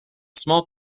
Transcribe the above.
small